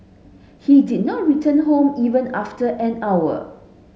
he did not return home even after an hour